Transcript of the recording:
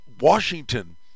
Washington